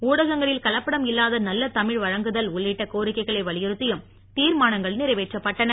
ஊடகங்களில் கலப்படம் இல்லாத நல்ல தமிழ் வழங்குதல் உள்ளிட்ட கோரிக்கைகளை வலியுறுத்தியும் தீர்மானங்கள் நிறைவேற்றப்பட்டன